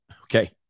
Okay